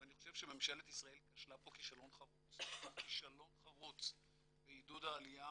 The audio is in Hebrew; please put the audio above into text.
אני חושב שממשלת ישראל כשלה פה כישלון חרוץ בעידוד העלייה